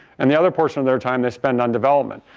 and the other portion of their time, they spend on development.